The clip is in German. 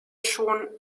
schon